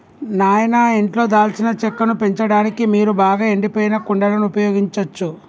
నాయిన ఇంట్లో దాల్చిన చెక్కను పెంచడానికి మీరు బాగా ఎండిపోయిన కుండలను ఉపయోగించచ్చు